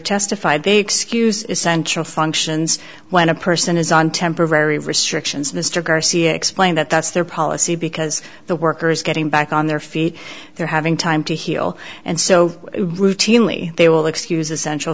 testified they excuse essential functions when a person is on temporary restrictions mr garcia explained that that's their policy because the workers getting back on their feet they're having time to heal and so routinely they will excuse essential